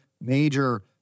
major